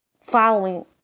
Following